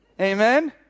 Amen